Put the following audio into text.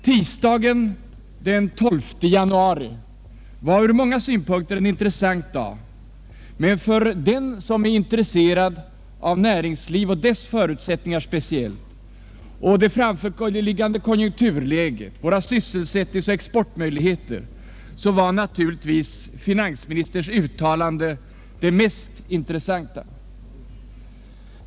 Tisdagen den 12 januari var ur många synpunkter en intressant dag, men för den som är intresserad av näringslivet och dess förutsättningar, det framförliggande konjunkturläget, våra sysselsättnings och exportmöjligheter, så var naturligtvis finansministerns uttalande det mest intressanta.